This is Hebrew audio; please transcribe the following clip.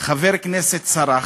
חבר כנסת סרח,